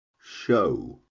Show